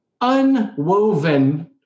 unwoven